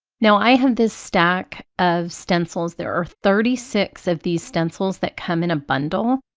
now i have this stack of stencils there are thirty six of these stencils that come in a bundle,